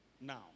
now